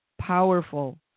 powerful